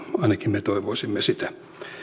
ainakin me toivoisimme sitä